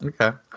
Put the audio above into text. Okay